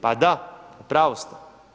Pa da, u pravu ste.